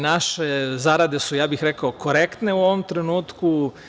Naše zarade su, ja bih rekao korektne u ovom trenutku.